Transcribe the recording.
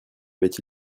avaient